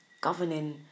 Governing